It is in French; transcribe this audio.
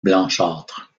blanchâtres